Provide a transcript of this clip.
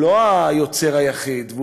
והוא לא היוצר היחיד,